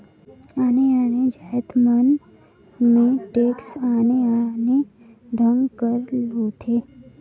आने आने जाएत मन में टेक्स आने आने ढंग कर होथे